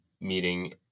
meeting